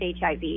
HIV